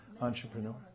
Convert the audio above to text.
entrepreneur